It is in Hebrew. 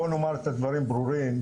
בוא נאמר את הדברים ברורים,